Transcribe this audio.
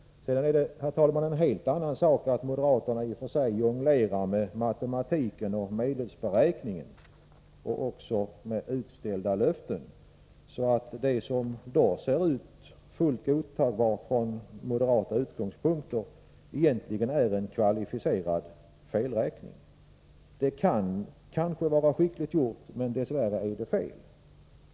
Sedan är det, herr talman, en annan fråga att moderaterna jonglerar med matematiken och medelsberäkningen och även med utställda löften. Det som i dag ser fullt godtagbart ut från moderata utgångspunkter är egentligen en kvalificerad felräkning. Det kan kanske vara skickligt gjort, men dess värre är det fel.